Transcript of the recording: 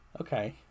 okay